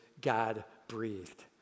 God-breathed